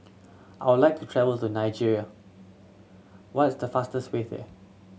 I would like to travel to Niger what is the fastest way there